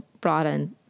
broaden